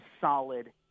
solid